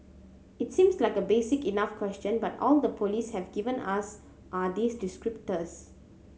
it seems like a basic enough question but all the police have given us are these descriptors